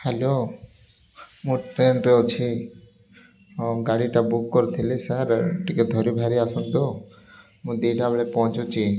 hello ମୋ ଟ୍ରେନରେ ଅଛି ହଁ ଗାଡ଼ିଟା ବୁକ୍ କରିଥିଲି ସାର୍ ଟିକେ ଧରି ଭାରି ଆସନ୍ତୁ ମୁଁ ଦୁଇଟା ବେଳେ ପହଞ୍ଚୁଛି